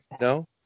no